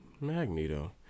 magneto